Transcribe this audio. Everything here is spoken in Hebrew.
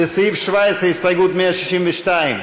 לסעיף 17, הסתייגות 162?